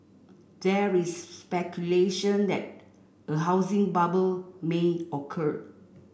there is speculation that a housing bubble may occur